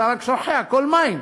אתה רק שוחה, הכול מים.